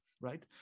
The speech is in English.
right